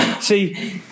see